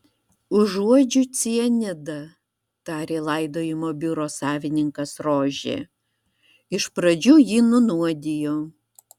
užuodžiu cianidą tarė laidojimo biuro savininkas rožė iš pradžių jį nunuodijo